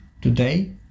Today